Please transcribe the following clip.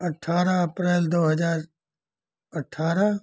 अट्ठाह April दो हजार अट्ठारह